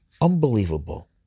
Unbelievable